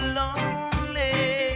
lonely